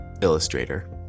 illustrator